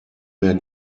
mehr